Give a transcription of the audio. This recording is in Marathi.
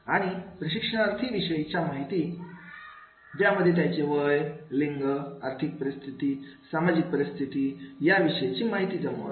आणि प्रशिक्षणार्थीविषयीची माहिती ज्यामध्ये त्यांचे वय लिंग आर्थिक परिस्थिती सामाजिक परिस्थिती याविषयीची माहिती जमवावी